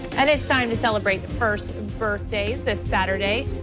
and it's time to celebrate first birthdays this saturday.